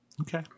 Okay